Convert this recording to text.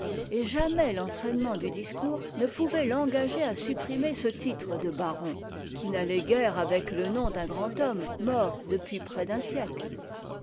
et jamais l'entraînement du discours ne pouvait l'engager à supprimer ce titre de baron qui n'allait guère avec le nom d'un grand homme mort depuis près d'un siècte